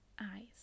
eyes